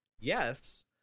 Yes